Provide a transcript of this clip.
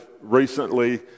recently